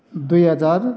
दुई हजार